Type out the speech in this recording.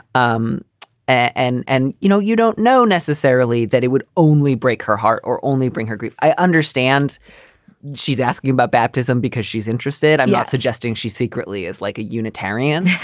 um and and, you know, you don't know necessarily that it would only break her heart or only bring her grief. i understand she's asking about baptism because she's interested. i'm not suggesting she secretly is like a unitarian.